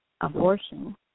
abortion